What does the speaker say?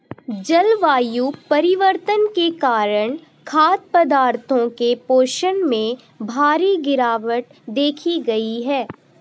जलवायु परिवर्तन के कारण खाद्य पदार्थों के पोषण में भारी गिरवाट देखी गयी है